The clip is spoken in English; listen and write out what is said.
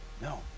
No